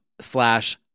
slash